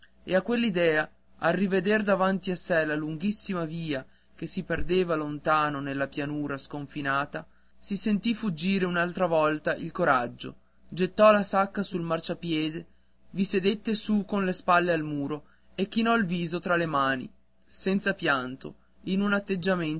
e al riveder davanti a sé la lunghissima via che si perdeva lontano nella pianura sconfinata si sentì fuggire un'altra volta il coraggio gettò la sacca sul marciapiede vi sedette su con le spalle al muro e chinò il viso tra le mani senza pianto in un atteggiamento